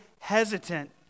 hesitant